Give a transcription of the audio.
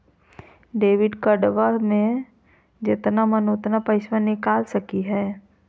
Debit कार्डबा से जितना मन उतना पेसबा निकाल सकी हय?